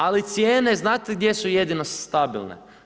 Ali cijene znate gdje su jedino stabilne?